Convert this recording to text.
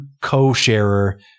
co-sharer